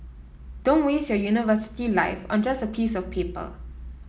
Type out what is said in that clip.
don't waste your university life on just a piece of paper